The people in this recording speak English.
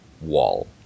wall